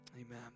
Amen